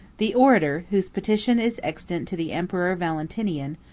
the orator, whose petition is extant to the emperor valentinian,